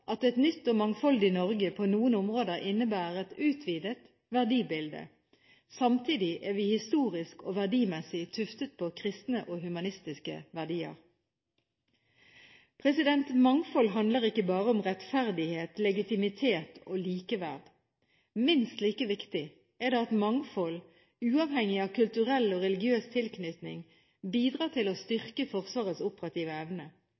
nytt og mangfoldig Norge innebærer på noen områder et utvidet verdibilde. Samtidig er vi historisk og verdimessig tuftet på kristne og humanistiske idealer.» Mangfold handler ikke bare om rettferdighet, legitimitet og likeverd. Minst like viktig er det at mangfold, uavhengig av kulturell og religiøs tilknytning, bidrar til å styrke Forsvarets operative evne.